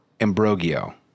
Ambrogio